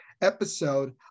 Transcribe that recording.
episode